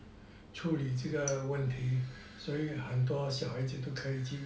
处理这个问题所以很多小孩子都可以去